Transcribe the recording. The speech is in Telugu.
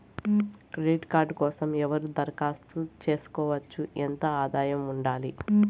క్రెడిట్ కార్డు కోసం ఎవరు దరఖాస్తు చేసుకోవచ్చు? ఎంత ఆదాయం ఉండాలి?